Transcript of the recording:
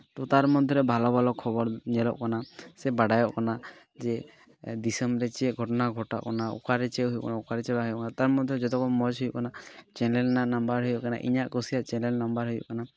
ᱛᱚ ᱛᱟᱨ ᱢᱚᱫᱽᱫᱷᱮ ᱨᱮ ᱵᱷᱟᱞᱚ ᱵᱷᱟᱞᱚ ᱠᱷᱚᱵᱚᱨ ᱧᱮᱞᱚᱜ ᱠᱟᱱᱟ ᱥᱮ ᱵᱟᱰᱟᱭᱚᱜ ᱠᱟᱱᱟ ᱡᱮ ᱫᱤᱥᱚᱢ ᱨᱮ ᱪᱮᱫ ᱜᱷᱚᱴᱚᱱᱟ ᱜᱷᱚᱪᱟᱣᱚᱜ ᱠᱟᱱᱟ ᱚᱱᱟ ᱚᱠᱟ ᱨᱮ ᱪᱮᱫ ᱦᱩᱭᱩᱜ ᱠᱟᱱᱟ ᱚᱠᱟᱨᱮ ᱪᱮᱫ ᱵᱟᱝ ᱦᱩᱭᱩᱜ ᱠᱟᱱᱟ ᱛᱟᱨ ᱢᱚᱫᱽᱫᱷᱮ ᱡᱚᱛᱚ ᱠᱷᱚᱱ ᱢᱚᱡᱽ ᱦᱩᱭᱩᱜ ᱠᱟᱱᱟ ᱪᱮᱱᱮᱞ ᱨᱮᱱᱟᱜ ᱱᱟᱢᱵᱟᱨ ᱦᱩᱭᱩᱜ ᱠᱟᱱᱟ ᱤᱧᱟᱹᱜ ᱠᱩᱥᱤᱭᱟᱜ ᱪᱮᱱᱮᱞ ᱱᱟᱢᱵᱟᱨ ᱦᱩᱭᱩᱜ ᱠᱟᱱᱟ